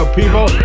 people